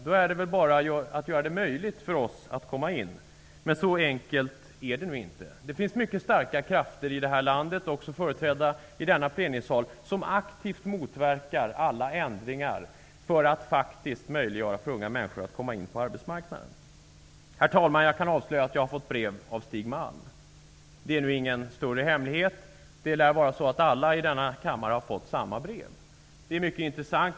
Det gäller bara att göra det möjligt för oss att komma in. Men så enkelt är det nu inte. Det finns mycket starka krafter i detta land, också företrädda i denna plenisal, som aktivt motverkar alla ändringar för att faktiskt möjliggöra för unga människor att komma in på arbetsmarknaden. Herr talman! Jag kan avslöja att jag har fått brev från Stig Malm. Det är nu ingen större hemlighet. Det lär vara så att alla i denna kammare har fått samma brev. Det är mycket intressant.